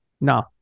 no